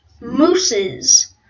mooses